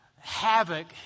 havoc